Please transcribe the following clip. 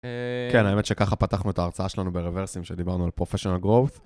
כן, האמת שככה פתחנו את ההרצאה שלנו ברוורסים, שדיברנו על פרופשנל growth.